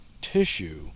tissue